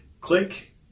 Click